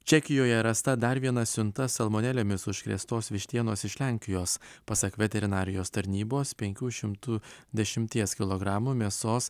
čekijoje rasta dar viena siunta salmonelėmis užkrėstos vištienos iš lenkijos pasak veterinarijos tarnybos penkių šimtų dešimties kilogramų mėsos